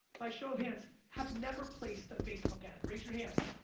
by show of hands, have never placed a facebook ad? raise your hands.